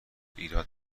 ایراد